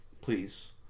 Please